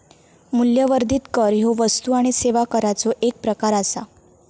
मूल्यवर्धित कर ह्यो वस्तू आणि सेवा कराचो एक प्रकार आसा